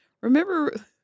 Remember